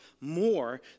more